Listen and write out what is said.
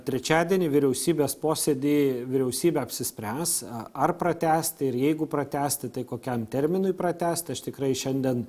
trečiadienį vyriausybės posėdy vyriausybė apsispręs ar pratęsti ir jeigu pratęsti tai kokiam terminui pratęsti aš tikrai šiandien